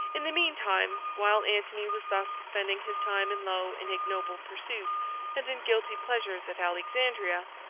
in the mean time, while antony was thus spending his time in low and ignoble pursuits and in guilty pleasures at alexandria,